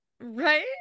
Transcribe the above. Right